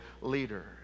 leader